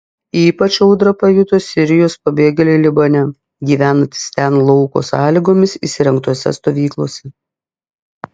ypač audrą pajuto sirijos pabėgėliai libane gyvenantys ten lauko sąlygomis įsirengtose stovyklose